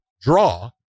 draw